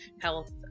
health